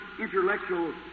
intellectual